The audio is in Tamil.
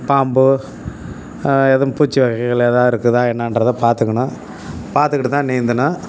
பாம்போ எதுவும் பூச்சி வகைகள் எதாது இருக்குதா என்னன்றத பார்த்துக்கணும் பார்த்துக்கிட்டு தான் நீந்தணும்